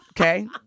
Okay